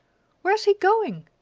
where is he going?